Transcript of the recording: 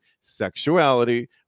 sexuality